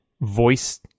voice